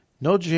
No